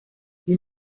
qui